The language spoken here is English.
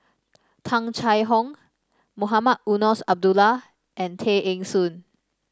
Tung Chye Hong Mohamed Eunos Abdullah and Tay Eng Soon